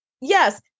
Yes